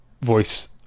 voice